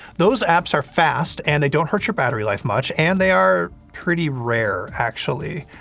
those apps are fast, and they don't hurt your battery life much, and they are pretty rare, actually.